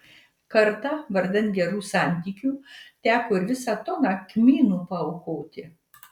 kartą vardan gerų santykių teko ir visą toną kmynų paaukoti